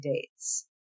dates